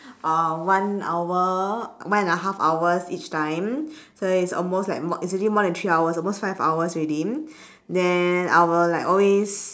uh one hour one and a half hours each time so it's almost like more it's already more than three hours almost five hours already then I will always